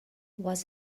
was